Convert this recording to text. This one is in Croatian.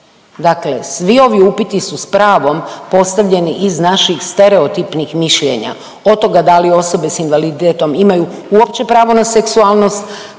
Dakle, svi ovi upiti su s pravom postavljeni iz naših stereotipnih mišljenja od toga da li osobe s invaliditetom imaju uopće pravo na seksualnost,